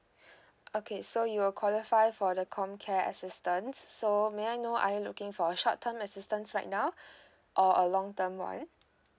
okay so you will qualify for the ComCare assistance so may I know are you looking for a short term assistance right now or a long term one